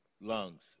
Lungs